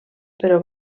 però